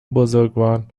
بزرگوار